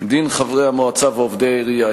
(דין חברי המועצה ועובדי העירייה),